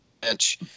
bench